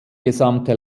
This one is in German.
gesamte